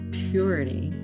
purity